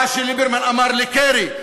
מה שליברמן אמר לקרי.